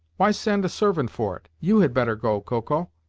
why send a servant for it? you had better go, koko,